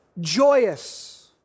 joyous